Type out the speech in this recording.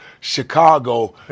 Chicago